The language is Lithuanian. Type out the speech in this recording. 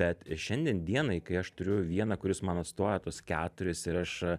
bet šiandien dienai kai aš turiu vieną kuris man atstovauja tuos keturis ir aš